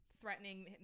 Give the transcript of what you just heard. threatening